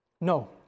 No